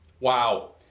Wow